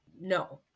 No